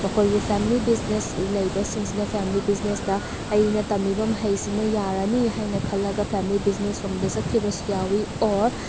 ꯃꯈꯣꯏꯒꯤ family business ꯂꯩꯕꯁꯤꯡꯁꯤꯅ family ꯕꯤꯖꯤꯅꯦꯁꯇ ꯑꯩꯅ ꯇꯝꯃꯤꯕ ꯃꯍꯩꯁꯤꯅ ꯌꯥꯔꯅꯤ ꯍꯥꯏꯅ ꯈꯜꯂꯒ ꯐꯦꯃꯤꯂꯤ ꯕꯤꯖꯤꯅꯦꯁꯂꯣꯝꯗ ꯆꯠꯈꯤꯕꯁꯨ ꯌꯥꯎꯋꯤ ꯑꯣꯔ